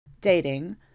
Dating